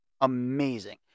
amazing